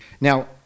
Now